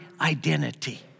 identity